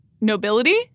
nobility